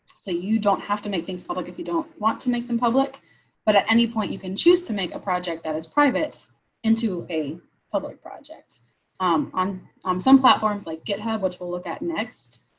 so you don't have to make things public if you don't want to make them public but at any point you can choose to make a project that is private into a public project um on um some platforms like github, which will look at next.